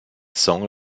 song